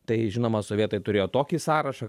tai žinoma sovietai turėjo tokį sąrašą